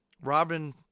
Robin